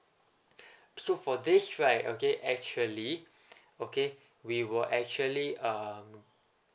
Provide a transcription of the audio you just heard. so for this right okay actually okay we will actually um